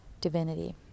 Divinity